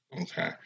Okay